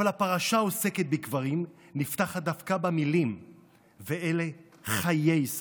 אבל הפרשה העוסקת בקברים נפתחת דווקא במילים "ויהיו חיי שרה".